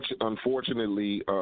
unfortunately